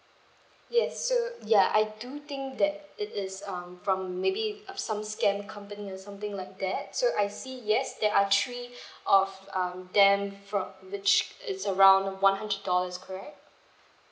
yes so ya I do think that it is um from maybe uh some scam company or something like that so I see yes there are three of um them from which is around one hundred dollars correct